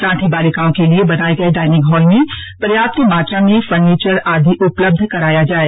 साथ ही बालिकाओं के लिए बनाये गये डाईनिंग हॉल में पर्याप्त मात्रा में फर्नीचर आदि उपलब्ध कराया जाय